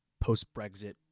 post-Brexit